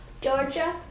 Georgia